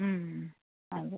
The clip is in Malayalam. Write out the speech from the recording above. അതെ